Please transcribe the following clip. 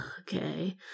okay